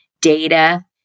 data